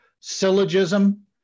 syllogism